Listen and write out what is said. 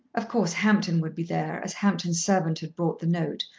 of course hampton would be there as hampton's servant had brought the note,